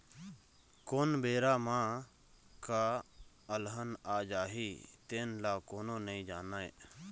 कोन बेरा म का अलहन आ जाही तेन ल कोनो नइ जानय